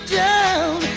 down